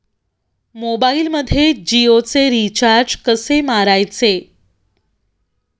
मोबाइलमध्ये जियोचे रिचार्ज कसे मारायचे?